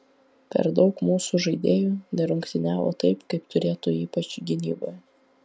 per daug mūsų žaidėjų nerungtyniavo taip kaip turėtų ypač gynyboje